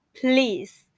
please